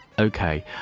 Okay